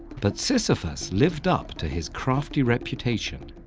but sisyphus lived up to his crafty reputation.